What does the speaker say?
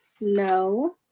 No